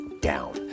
down